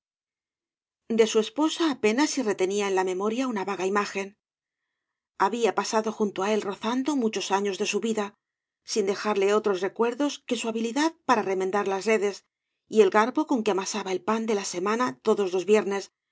de su esposa apenas si retenía en la memoria una vaga imagen había pasado junto á él rozando muchos años de su vida sin dejarle otros recuerdes que su habilidad para remendar laa redes y el garbo con que amasaba el pan de la semana todos los viernes